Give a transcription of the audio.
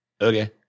okay